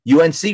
UNC